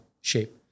shape